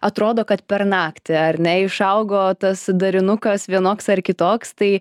atrodo kad per naktį ar ne išaugo tas darinukas vienoks ar kitoks tai